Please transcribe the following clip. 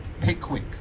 pickwick